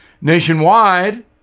Nationwide